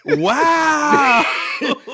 Wow